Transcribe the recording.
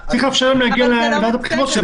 צריך לאפשר להם להגיע לוועדת הבחירות כדי